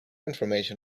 information